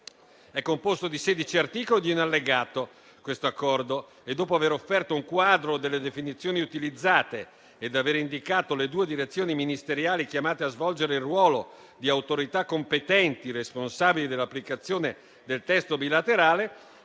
è composto di sedici articoli e di un Allegato e, dopo aver offerto un quadro delle definizioni utilizzate ed aver indicato le due direzioni ministeriali chiamate a svolgere il ruolo di autorità competenti responsabili dell'applicazione del testo bilaterale,